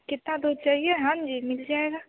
जितना दूध चाहिए हाँ जी मिल जाएगा